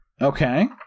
Okay